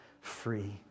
free